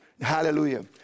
Hallelujah